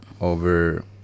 over